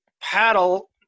paddle